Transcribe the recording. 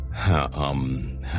Um